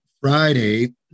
Friday